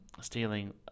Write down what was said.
stealing